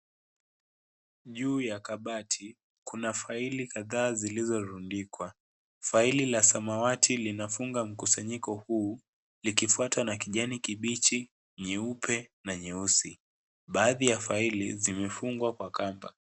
Juu ya kabati kuna faili kadhaa zilizorundikwa. Faili la samawati linafunga mkusanyiko huu likifuatwa na kijani kibichi, nyeupe na nyeusi. Baadhi ya faili zimefungwa kwa kamba.